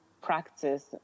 practice